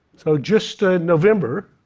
so just ah november,